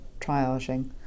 triaging